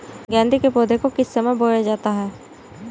गेंदे के पौधे को किस समय बोया जाता है?